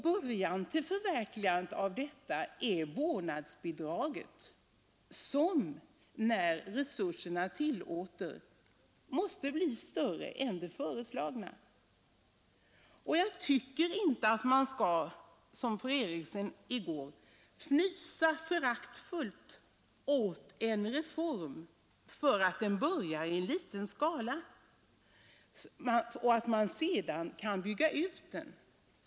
Början, till förverkligandet av detta är vårdnadsbidraget som när resurserna tillåter måste bli större än det föreslagna. Jag tycker inte att man skall, som fru Eriksson i Stockholm i går, fnysa föraktfullt åt en reform därför att den börjar i liten skala och man sedan kan bygga ut den.